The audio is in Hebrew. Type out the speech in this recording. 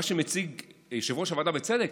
מה שמציג יושב-ראש הוועדה, בצדק,